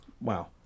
Wow